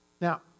Now